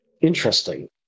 Interesting